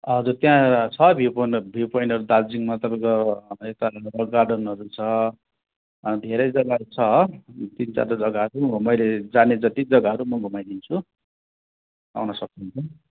हजुर त्यहाँ छ भ्यू पोइन्टहरू भ्यू पोइन्टहरू दार्जिलिङमा तपाईँको यता रक गार्डनहरू छ धेरै जग्गाहरू छ तिनचारवटा जग्गाहरू मैले जाने जति जग्गाहरू म घुमाइदिन्छु आउन सक्नुहुन्छ